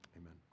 amen